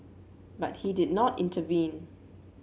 but he did not intervene